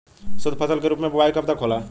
शुद्धफसल के रूप में बुआई कब तक होला?